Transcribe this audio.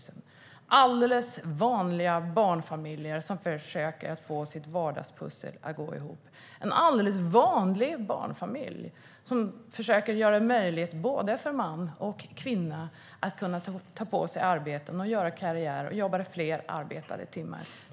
Det är alldeles vanliga barnfamiljer som försöker få sitt vardagspussel att gå ihop. Det är en alldeles vanlig barnfamilj som försöker göra det möjligt för både mannen och kvinnan att ta på sig arbete, göra karriär och jobba fler arbetade timmar.